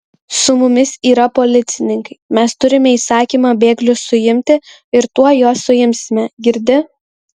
su mumis yra policininkai mes turime įsakymą bėglius suimti ir tuoj juos suimsime girdi